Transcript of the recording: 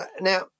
Now